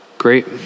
Great